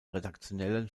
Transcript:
redaktionellen